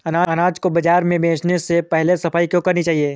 अनाज को बाजार में बेचने से पहले सफाई क्यो करानी चाहिए?